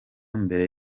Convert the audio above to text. mbere